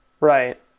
Right